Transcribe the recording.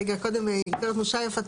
גב' משהיוף,